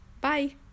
bye